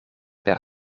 per